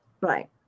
Right